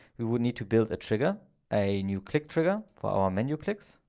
we will need to build a trigger a new click trigger for um menu clicks.